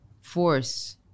force